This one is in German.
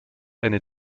eine